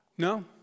No